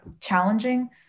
challenging